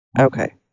okay